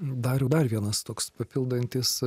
dariau dar vienas toks papildantis